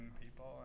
people